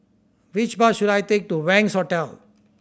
which bus should I take to Wangz Hotel